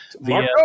Marco